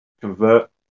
convert